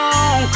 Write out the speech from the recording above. on